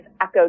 echo